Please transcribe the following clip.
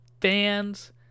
fans